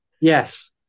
yes